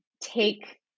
take